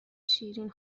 شیرین